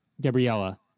Gabriella